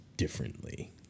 Differently